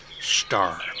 Star